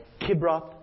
Kibroth